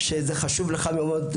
שזה חשוב לך מאוד,